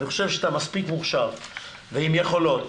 אני חושב שאתה מספיק מוכשר ועם יכולות.